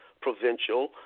provincial